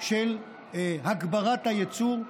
של הגברת הייצור.